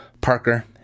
Parker